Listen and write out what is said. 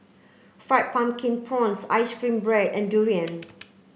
fried pumpkin prawns ice cream bread and durian